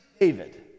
David